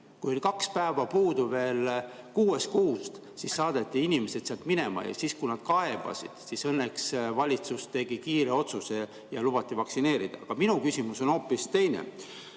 oli kaks päeva puudu kuuest kuust, saadeti inimesed sealt minema. Ja siis, kui nad kaebasid, tegi valitsus õnneks kiire otsuse ja lubati vaktsineerida. Aga minu küsimus on hoopis teine.